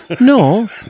no